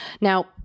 Now